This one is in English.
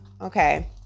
Okay